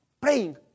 praying